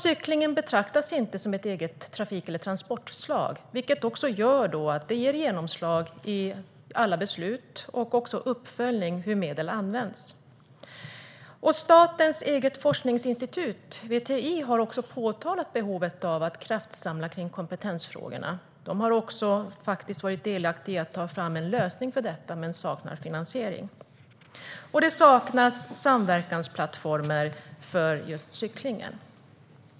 Cyklingen betraktas inte som ett eget trafik eller transportslag, vilket får genomslag i alla beslut och i uppföljningen av hur medel används. Statens eget forskningsinstitut VTI har påtalat behovet av att kraftsamla kring kompetensfrågorna. De har också faktiskt varit delaktiga i att ta fram en lösning för detta, men saknar finansiering. Det saknas samverkansplattformar för cyklingen.